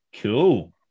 Cool